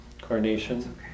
carnation